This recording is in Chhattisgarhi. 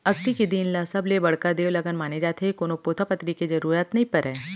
अक्ती के दिन ल सबले बड़का देवलगन माने जाथे, कोनो पोथा पतरी देखे के जरूरत नइ परय